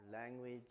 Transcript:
language